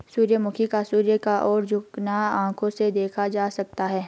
सूर्यमुखी का सूर्य की ओर झुकना आंखों से देखा जा सकता है